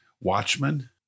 Watchmen